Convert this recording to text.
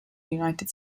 united